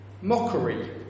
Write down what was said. mockery